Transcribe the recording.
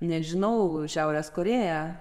nežinau šiaurės korėja